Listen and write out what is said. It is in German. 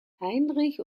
heinrich